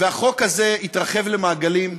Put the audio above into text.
החוק הזה יתרחב למעגלים,